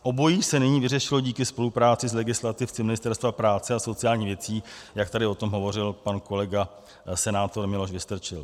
Obojí se nyní vyřešilo díky spolupráci s legislativci Ministerstva práce a sociálních věcí, jak tady o tom hovořil pan kolega, senátor Miloš Vystrčil.